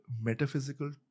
metaphysical